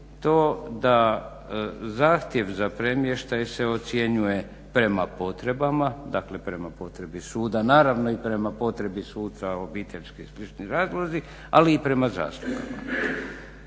to da zahtjev za premještaj se ocjenjuje prema potrebama, dakle prema potrebi suda, naravno i prema potrebi suca obiteljski i slični razlozi ali i prema zaslugama.